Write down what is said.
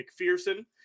McPherson